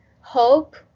hope